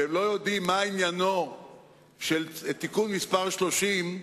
והם לא יודעים מה עניינו של תיקון מס' 30,